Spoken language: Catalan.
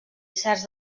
certs